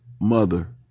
mother